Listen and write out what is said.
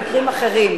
במקרים אחרים,